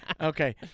Okay